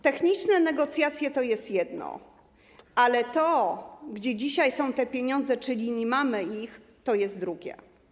Techniczne negocjacje to jest jedno, ale to, gdzie dzisiaj są te pieniądze, czyli że nie mamy ich, to jest drugie.